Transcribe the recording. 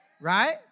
Right